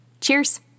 Cheers